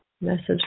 Message